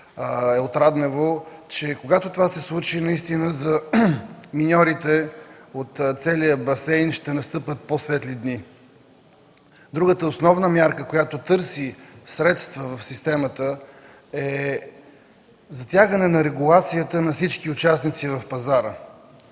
е от Раднево, че когато това се случи наистина за миньорите от целия басейн ще настъпят по-светли дни. Другата основна мярка, която търси средства в системата, е затягане на регулацията на всички участници в пазара.